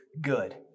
good